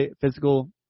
physical